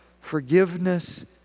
forgiveness